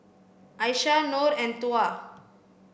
Aishah Nor and Tuah